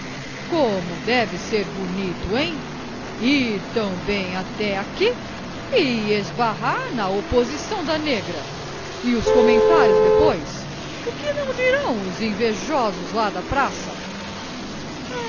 como deve ser bonito hein ir tão bem até aqui e esbarrar na oposição da negra e os comentários depois o que não dirão os invejosos lá da praça